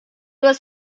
was